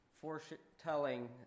foretelling